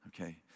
Okay